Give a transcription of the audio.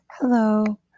Hello